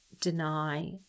deny